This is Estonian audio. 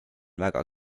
väga